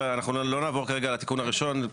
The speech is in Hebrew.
אנחנו לא נעבור רגע על התיקון הראשון,